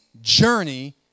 journey